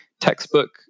textbook